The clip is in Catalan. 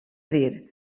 dir